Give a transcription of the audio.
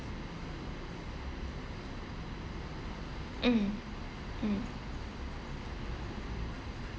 mm mm